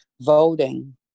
voting